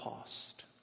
past